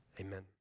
amen